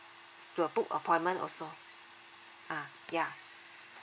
to book appointment also ah yeah